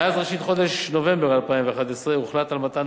מאז ראשית חודש נובמבר 2011 הוחלט על מתן